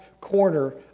corner